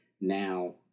Now